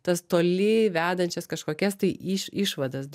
tas toli vedančias kažkokias tai iš išvadas da